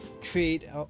trade